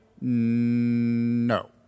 no